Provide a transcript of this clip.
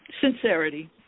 Sincerity